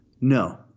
no